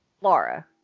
Laura